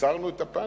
עצרנו את הפניקה.